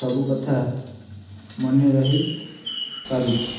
ସବୁ କଥା ମନେ ରହି ପାରୁଛି